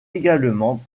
également